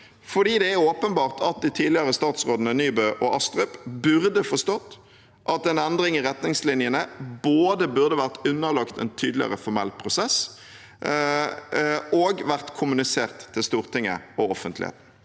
fordi det er åpenbart at de tidligere statsrådene Nybø og Astrup burde forstått at en endring i retningslinjene både burde vært underlagt en tydeligere formell prosess og kommunisert til Stortinget og offentligheten